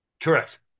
Correct